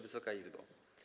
Wysoka Izbo!